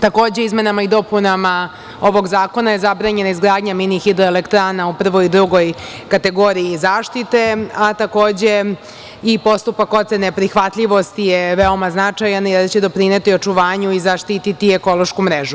Takođe, izmenama i dopunama ovog zakona je zabranjena izgradnja mini hidroelektrana u prvoj i drugoj kategoriji zaštite, a takođe i postupak ocene prihvatljivosti je veoma značajan jer će doprineti očuvanju i zaštiti ekološku mrežu.